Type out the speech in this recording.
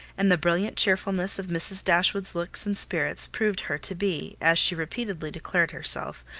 and the brilliant cheerfulness of mrs. dashwood's looks and spirits proved her to be, as she repeatedly declared herself,